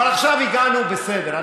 אבל עכשיו הגענו, בסדר.